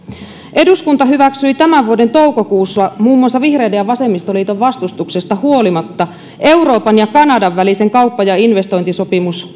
eduskunta hyväksyi tämän vuoden toukokuussa muun muassa vihreiden ja vasemmistoliiton vastustuksesta huolimatta euroopan ja kanadan välisen kauppa ja investointisopimus